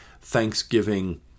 thanksgiving